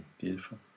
Beautiful